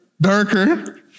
darker